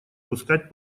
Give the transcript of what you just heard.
пускать